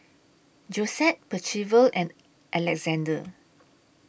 Josette Percival and Alexander